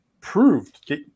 proved